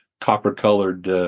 copper-colored